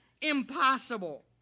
impossible